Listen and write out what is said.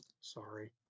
sorry